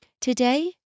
today